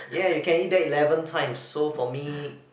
ya you can eat that eleven times so for me